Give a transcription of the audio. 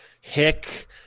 hick